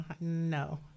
No